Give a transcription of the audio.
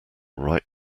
right